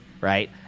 right